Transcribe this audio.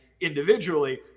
individually